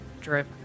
Drip